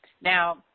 Now